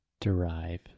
derive